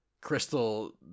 Crystal